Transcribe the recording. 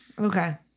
Okay